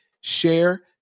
share